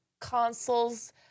consoles